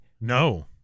No